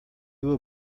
will